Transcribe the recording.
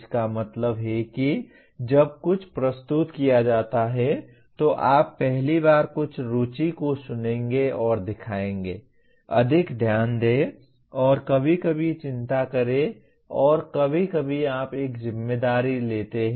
इसका मतलब है कि जब कुछ प्रस्तुत किया जाता है तो आप पहली बार कुछ रुचि को सुनेंगे और दिखाएंगे अधिक ध्यान दें और कभी कभी चिंता करें और कभी कभी आप एक जिम्मेदारी लेते हैं